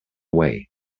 way